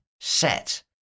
set